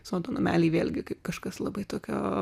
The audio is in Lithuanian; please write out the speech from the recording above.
sodo nameliai vėlgi kaip kažkas labai tokio